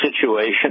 situation